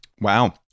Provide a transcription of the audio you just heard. wow